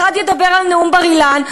אחד ידבר על נאום בר-אילן,